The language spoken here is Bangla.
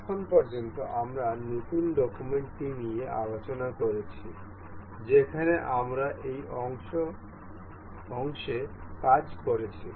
এখন পর্যন্ত আমরা নতুন ডকুমেন্ট টি নিয়ে আলোচনা করেছি যেখানে আমরা এই অংশে কাজ করছি